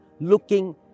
looking